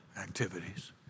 activities